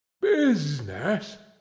business!